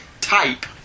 type